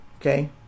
Okay